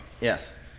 Yes